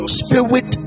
spirit